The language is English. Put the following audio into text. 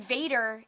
Vader